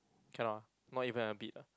cannot ah not even a bit ah